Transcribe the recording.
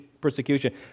persecution